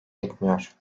etmiyor